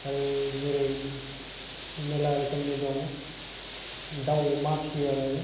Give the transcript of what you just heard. आरो जेरै मेरला रोखोमनि दं दाउ अमा फियो आङो